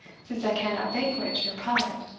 since i cannot banquet your palate.